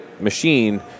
machine